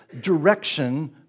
Direction